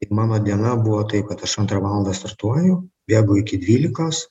tik mano diena buvo taip kad aš antrą valandą startuoju bėgu iki dvylikos